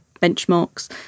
benchmarks